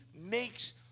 makes